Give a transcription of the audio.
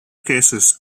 cases